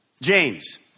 James